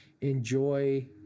enjoy